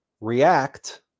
react